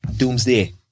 doomsday